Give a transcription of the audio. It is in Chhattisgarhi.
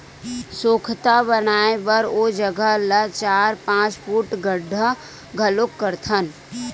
सोख्ता बनाए बर ओ जघा ल चार, पाँच फूट गड्ढ़ा घलोक करथन